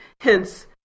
hence